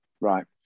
Right